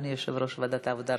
אדוני יושב-ראש ועדת העבודה,